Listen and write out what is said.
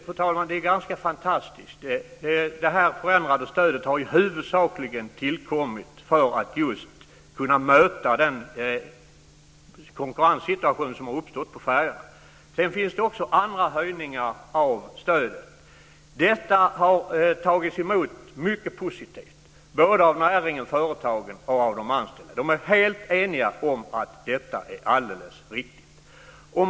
Fru talman! Det är ganska fantastiskt. Det förändrade stödet har ju huvudsakligen tillkommit för att just kunna möta den konkurrenssituation som har uppstått på färjorna. Sedan har också andra höjningar av stöd införts. Dessa har tagits emot mycket positivt både av näringen, företagen, och av de anställda. De är helt eniga om att detta är alldeles riktigt.